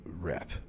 rep